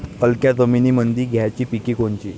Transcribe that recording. हलक्या जमीनीमंदी घ्यायची पिके कोनची?